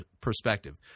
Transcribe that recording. Perspective